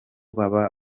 baba